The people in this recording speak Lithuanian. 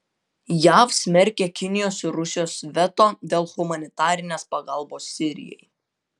jav smerkia kinijos ir rusijos veto dėl humanitarinės pagalbos sirijai